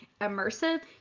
immersive